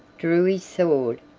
drew his sword,